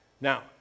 Now